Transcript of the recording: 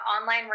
online